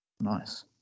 Nice